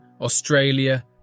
Australia